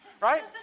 right